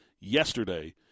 yesterday